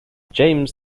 james